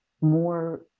more